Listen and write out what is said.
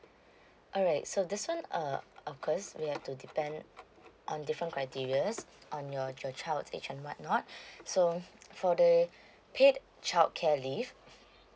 alright so this one uh off course we have to depend on different criteria on your child's age and what not so for the paid childcare leave